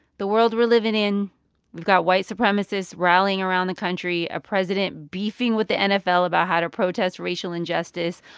the world we're live in, we've got white supremacists rallying around the country, a president beefing with the nfl about how to protest racial injustice.